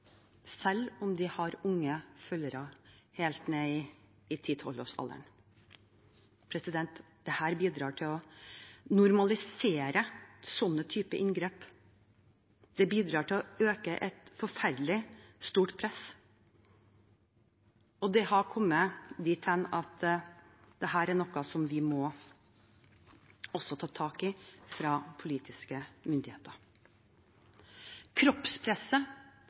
selv om de har unge følgere, helt ned i 10–12-årsalderen. Dette bidrar til å normalisere slike inngrep og til å øke et forferdelig stort press. Det har kommet dit hen at dette er noe vi må ta tak i fra politiske myndigheters side. Kroppspresset